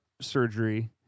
surgery